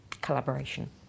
collaboration